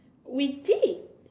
we did